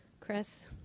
Chris